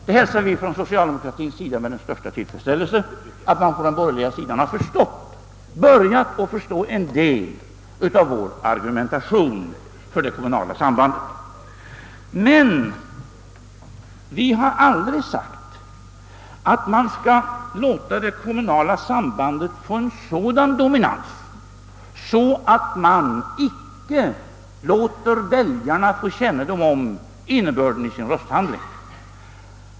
Vi hälsar bland socialdemokraterna med den största tillfredsställelse att man på den borgerliga sidan börjat förstå en del av vår argumentation för det kommunala sambandet. Men vi har aldrig uttalat, att man skall låta det kommunala sambandet få en sådan dominans, att man icke låter väljarna få kännedom om innebörden i sin rösthandling.